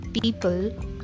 people